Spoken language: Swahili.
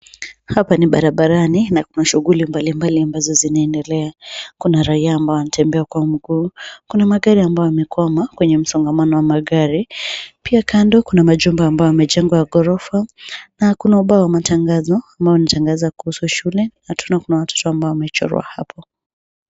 Hapa ni barabarani na akuna shughuli ambazo zinaendelea, kuna raia ambao wanatembea kwa mguu, kuna magari ambayo yamekwama kwenye msongamano wa magari, pia kando kuna machumba ambayo yamejengwa ya ghorofa na kuna ubao wa matangazo ambao unatangaza kuhusu shule na tunaona kuna watoto ambao wamechorwa hapo.